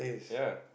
ya